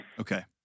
Okay